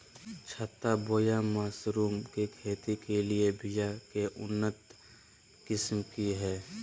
छत्ता बोया मशरूम के खेती के लिए बिया के उन्नत किस्म की हैं?